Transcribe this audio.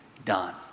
done